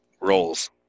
roles